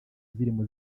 zirimo